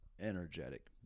energetic